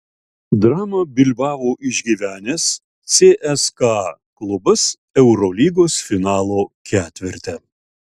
dramą bilbao išgyvenęs cska klubas eurolygos finalo ketverte